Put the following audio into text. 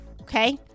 okay